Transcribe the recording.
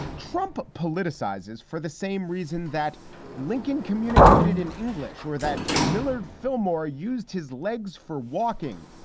trump politicizes for the same reason that lincoln communicated in english, or that millard fillmore used his legs for walking,